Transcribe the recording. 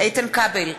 איתן כבל,